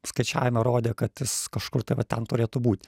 skaičiavimai rodė kad jis kažkur tai va ten turėtų būt